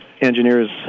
engineers